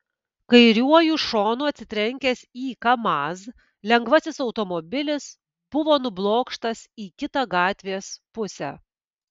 kairiuoju šonu atsitrenkęs į kamaz lengvasis automobilis buvo nublokštas į kitą gatvės pusę